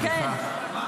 סליחה,